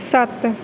ਸੱਤ